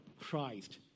Christ